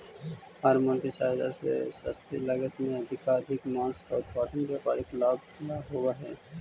hormone की सहायता से सस्ते लागत में अधिकाधिक माँस का उत्पादन व्यापारिक लाभ ला होवअ हई